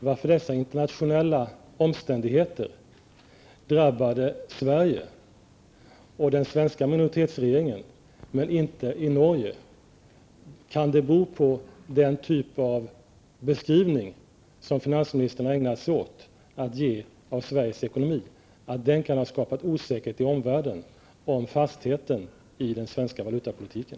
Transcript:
Herr talman! Kan finansministern förklara varför dessa internationella omständigheter drabbade Sverige och den svenska minoritetsregeringen men inte Norge? Kan det vara så att den typ av beskrivning av Sveriges ekonomi som finansministern har ägnat sig åt har skapat osäkerhet i omvärlden vad gäller fastheten i den svenska valutapolitiken?